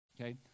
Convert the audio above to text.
okay